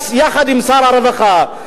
יחד עם שר הרווחה,